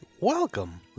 Welcome